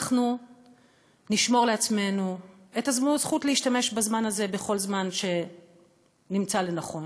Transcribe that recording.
אנחנו נשמור לעצמנו את הזכות להשתמש בזמן הזה בכל זמן שנמצא לנכון.